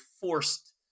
forced